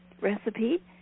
recipe